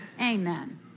Amen